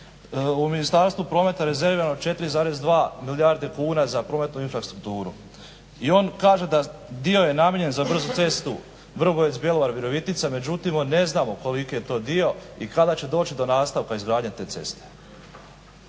u Ministarstvu prometa rezervirano 4,2 milijarde kuna za prometnu infrastrukturu. I on kaže da dio je namijenjen za brzu cestu Vrbovec-Bjelovar-Virovitica međutim ne znamo koliki je to dio i kada će doći do nastavka izgradnje te ceste.